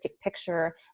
picture